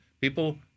People